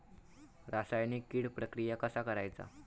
रासायनिक कीड प्रक्रिया कसा करायचा?